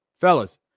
fellas